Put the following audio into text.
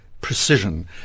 precision